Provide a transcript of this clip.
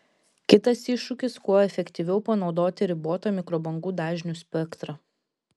kitas iššūkis kuo efektyviau panaudoti ribotą mikrobangų dažnių spektrą